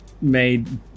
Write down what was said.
made